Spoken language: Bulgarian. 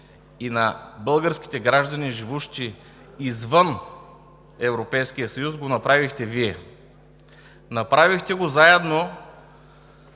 и на българските граждани, живущи извън Европейския съюз, го направихте Вие. Направихте го заедно